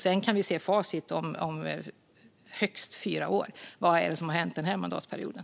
Sedan kan vi om högst fyra år se facit för vad som har hänt under den här mandatperioden.